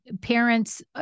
parents